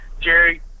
Jerry